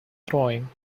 throwing